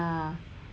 yeah